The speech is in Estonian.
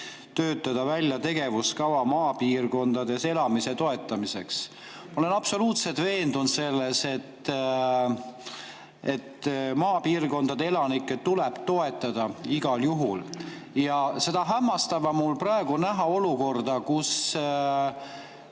töötada välja tegevuskava maapiirkondades elamise toetamiseks. Ma olen absoluutselt veendunud selles, et maapiirkondade elanikke tuleb toetada igal juhul. Ja seda hämmastavam mul praegu näha olukorda, kus